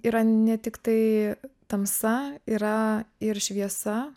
yra ne tiktai tamsa yra ir šviesa